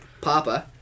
Papa